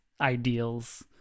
ideals